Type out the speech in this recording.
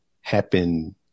happen